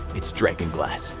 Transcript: it's dragonglass.